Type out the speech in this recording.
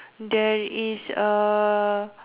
there is a